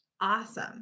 awesome